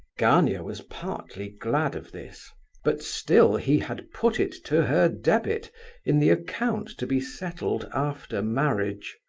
gania was partly glad of this but still he had put it to her debit in the account to be settled after marriage.